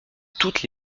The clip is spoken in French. toutes